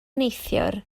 neithiwr